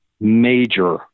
major